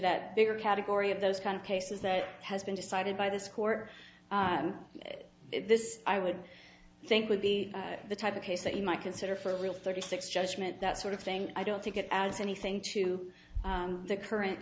that bigger category of those kind of cases that has been decided by this court this i would think would be the type of case that you might consider for a real thirty six judgment that sort of thing i don't think it adds anything to the current